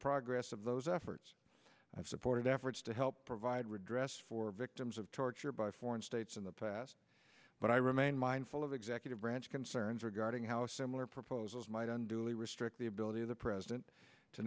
progress of those efforts i've supported efforts to help provide redress for victims of torture by foreign states in the past but i remain mindful of executive branch concerns regarding how similar proposals might on dually restrict the ability of the president to